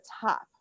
top